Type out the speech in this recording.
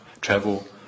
travel